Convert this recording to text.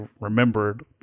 remembered